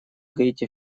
гаити